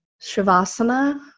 Shavasana